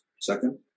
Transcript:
Second